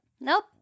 Nope